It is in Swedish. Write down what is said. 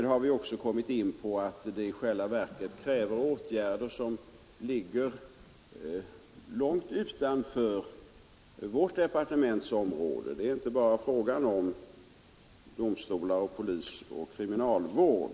Vi har också funnit att det i vs åtgärder som ligger långt utanför vårt departements område. Det är alltså inte bara en fråga om domstolar, polis och kriminalvård.